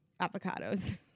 avocados